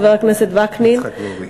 חבר הכנסת וקנין.